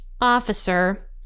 officer